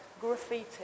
graffiti